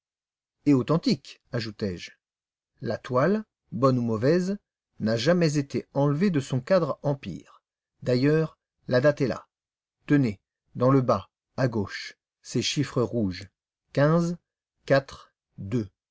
et authentique ajoutai-je la toile bonne ou mauvaise n'a jamais été enlevée de son cadre empire d'ailleurs la date est là tenez dans le bas à gauche ces chiffres rouges